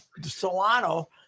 Solano